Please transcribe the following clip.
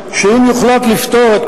ש-45 יום מסתיימים.